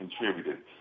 contributed